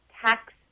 tax